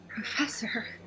Professor